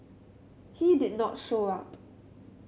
he did not show up